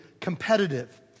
competitive